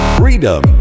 freedom